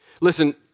Listen